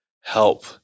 help